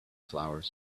flowers